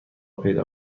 پیدا